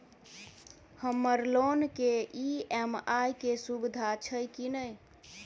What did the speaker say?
हम्मर लोन केँ ई.एम.आई केँ सुविधा छैय की नै?